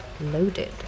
Loaded